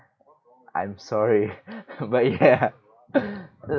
I'm sorry but ya